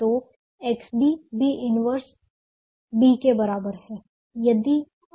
तो XB B 1 B के बराबर है